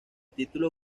título